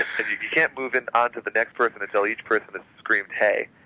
you can't move and on to the next person until each person has screamed hey.